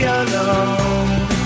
alone